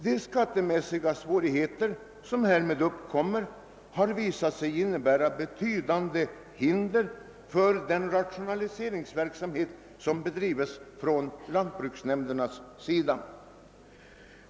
De skattemässiga svårigheter som härmed uppkommer bar visat sig innebära betydande hinder för den rationaliseringsverksamhet som bedrivs från lantbruksnämndernas sida.